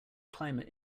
climate